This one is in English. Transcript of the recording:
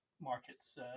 markets